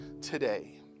today